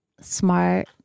Smart